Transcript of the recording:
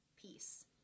peace